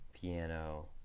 piano